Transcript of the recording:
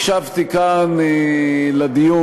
הקשבתי כאן לדיון,